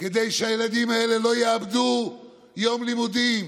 כדי שהילדים האלה לא יאבדו יום לימודים,